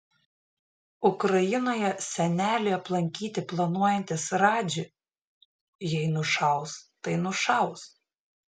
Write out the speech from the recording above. ukrainoje senelį aplankyti planuojantis radži jei nušaus tai nušaus